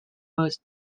most